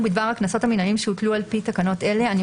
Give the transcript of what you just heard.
בדבר הקנסות המינהליים שהוטלו לפי תקנות אלה" אני